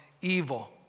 evil